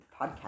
podcast